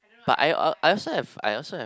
but I al~ I also have I also have